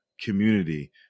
community